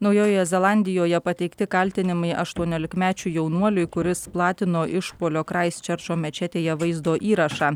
naujojoje zelandijoje pateikti kaltinimai aštuoniolikmečiui jaunuoliui kuris platino išpuolio kraistčerčo mečetėje vaizdo įrašą